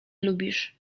lubisz